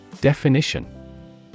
Definition